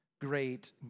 great